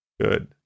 Good